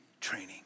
training